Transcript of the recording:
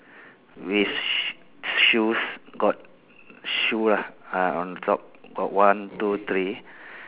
with shoes got shoe ah on top got one two three